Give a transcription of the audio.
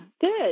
Good